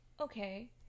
okay